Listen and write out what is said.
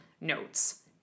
Notes